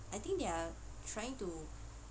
I think they are trying to